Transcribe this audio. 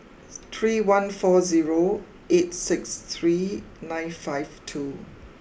three one four zero eight six three nine five two